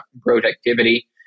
productivity